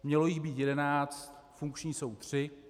Mělo jich být jedenáct, funkční jsou tři.